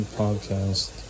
podcast